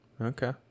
Okay